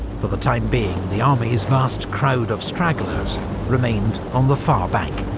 for the time being, the army's vast crowd of stragglers remained on the far bank.